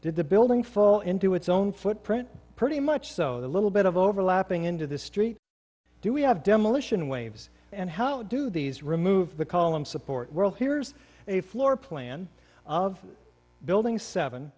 did the building fall into its own footprint pretty much so a little bit of overlapping into the street do we have demolition waves and how do these remove the columns support world here's a floor plan of building seven